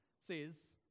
says